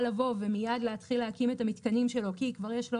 לבוא ומייד להתחיל להקים את המתקנים שלו כי כבר יש לו